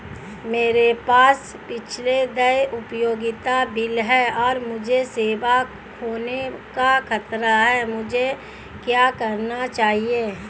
मेरे पास पिछले देय उपयोगिता बिल हैं और मुझे सेवा खोने का खतरा है मुझे क्या करना चाहिए?